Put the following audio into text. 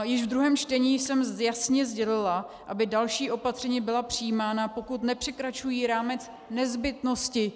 Již ve druhém čtení jsem jasně sdělila, aby další opatření byla přijímána, pokud nepřekračují rámec nezbytnosti.